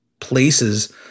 places